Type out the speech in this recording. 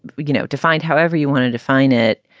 you you know defined however you want to define it,